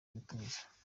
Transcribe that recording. gutuza